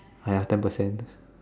!aiya! ten percent